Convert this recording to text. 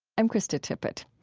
i'm krista tippett.